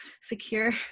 secure